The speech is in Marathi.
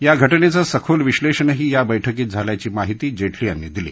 या घटनेचं सखोल विश्नेषणही या बैठकीत झाल्याची माहिती जेटली यांनी दिली